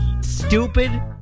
Stupid